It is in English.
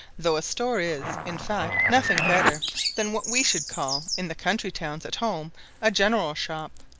though a store is, in fact, nothing better than what we should call in the country towns at home a general shop,